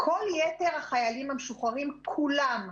כל יתר החיילים המשוחררים כולם,